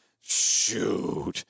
Shoot